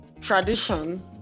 tradition